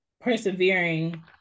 persevering